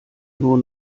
nur